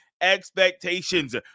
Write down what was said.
expectations